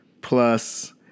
plus